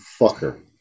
fucker